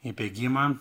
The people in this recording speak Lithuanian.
į bėgimą